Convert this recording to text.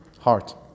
heart